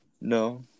No